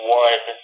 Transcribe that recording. one